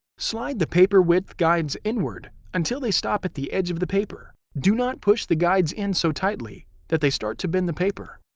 slide the paper width guides inward until they stop at the edge of the paper. do not push the guides in so tightly that they start to bend the paper.